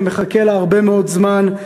ומחכה לה הרבה מאוד זמן.